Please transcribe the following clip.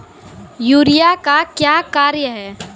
Urea का क्या कार्य हैं?